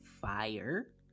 fire